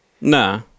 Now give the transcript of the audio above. nah